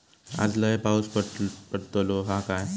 आज लय पाऊस पडतलो हा काय?